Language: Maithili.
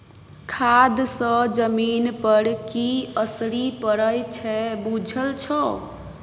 खाद सँ जमीन पर की असरि पड़य छै बुझल छौ